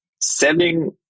selling